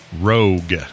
rogue